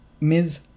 Ms